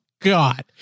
God